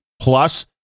plus